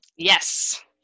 Yes